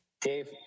Dave